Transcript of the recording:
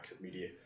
media